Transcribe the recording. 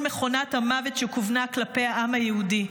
מכונת המוות שכוונה כלפי העם היהודי.